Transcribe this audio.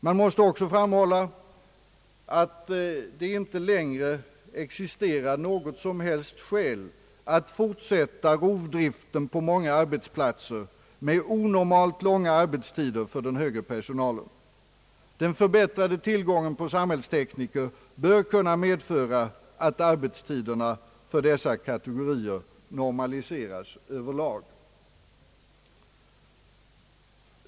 Man måste också framhålla att det inte längre existerar något skäl att fortsätta rovdriften på många arbetsplatser med onormalt långa arbetstider för den högre personalen. Den förbättrade tillgången på samhällstekni ker bör kunna medföra att arbetstiderna för dessa kategorier normaliseras över lag.